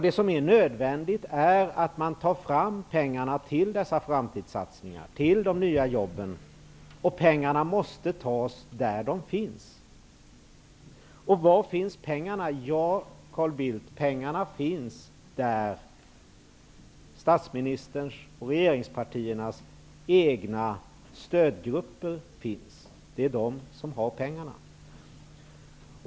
Det som är nödvändigt är att man tar fram pengarna till dessa framtidssatsningar, till de nya jobben, och pengarna måste tas där de finns. Var finns då pengarna? Ja, Carl Bildt, pengarna finns där statsministerns och regeringspartiernas egna stödgrupper finns -- det är de som har pengarna.